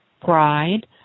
pride